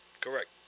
Correct